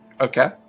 Okay